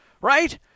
Right